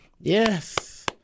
Yes